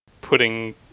putting